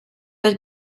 der